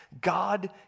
God